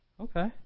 Okay